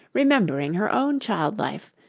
remembering her own child-life,